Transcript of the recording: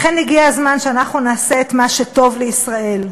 לכן הגיע הזמן שאנחנו נעשה את מה שטוב לישראל.